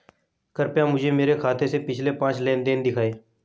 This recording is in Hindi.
कृपया मुझे मेरे खाते से पिछले पांच लेनदेन दिखाएं